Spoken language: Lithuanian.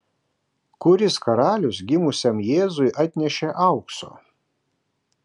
kuris karalius gimusiam jėzui atnešė aukso